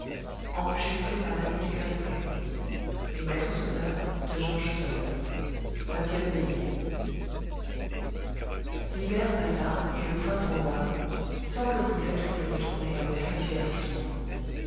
rose vingtième veillée l'hiver passa et le printemps vint sans que brulette voulût retourner à aucun divertissement